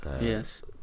yes